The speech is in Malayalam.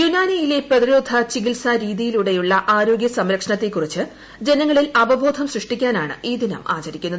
യുനാനിയിലെ പ്രതിരോധ ചികിത്സാ രീതിയിലൂടെയുള്ള ആരോഗ്യ സംരക്ഷണത്തെക്കുറിച്ച് ജനങ്ങളിൽ അവബോധം സൃഷ്ടിക്കാനാണ് ഈ ദിനം ആചരിക്കുന്നത്